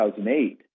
2008